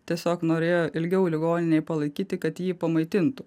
tiesiog norėjo ilgiau ligoninėj palaikyti kad jį pamaitintų